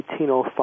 1805